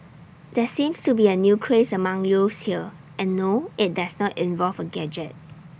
there seems to be A new craze among youths here and no IT does not involve A gadget